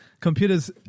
computers